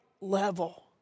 level